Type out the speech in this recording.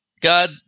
God